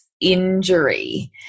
injury